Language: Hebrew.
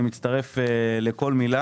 בנושא של טבריה אני מצטרף לכל מילה.